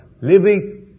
living